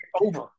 Over